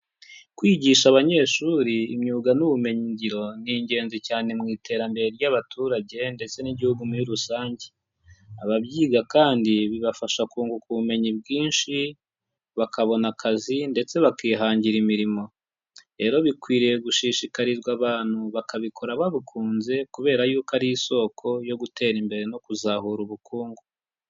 Kwigisha abanyeshuri imyuga n'ubumenyingiro ni ingenzi cyane mu iterambere ry'abaturage ndetse n'igihugu muri rusange, ababyiga kandi bibafasha kunguka ubumenyi bwinshi bakabona akazi ndetse bakihangira imirimo, rero bikwiriye gushishikarizwa abantu bakabikora babikunze kubera yuko ari isoko yo gutera imbere no kuzahura ubukungu.